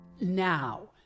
Now